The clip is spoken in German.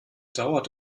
dauert